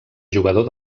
jugador